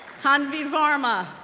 tanvee varma,